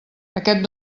aquest